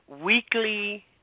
weekly